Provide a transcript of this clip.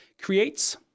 creates